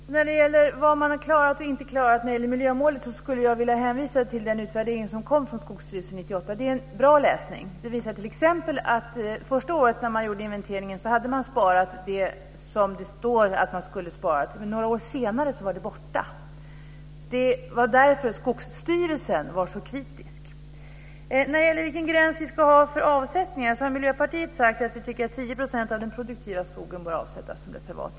Fru talman! När det gäller vad som har klarats och inte klarats av miljömålen skulle jag vilja hänvisa till den utvärdering från Skogsstyrelsen som kom 1998. Det är en bra läsning. Den visar t.ex. att första året som en inventering gjordes hade man sparat det som det stod att man skulle spara, men några år senare var det borta. Det var därför som Skogsstyrelsen var så kritisk. När det gäller vilken gräns vi ska ha för avsättningar har vi i Miljöpartiet sagt att vi tycker att 10 % av den produktiva skogen bör avsättas som reservat.